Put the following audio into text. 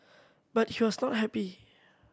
but he was not happy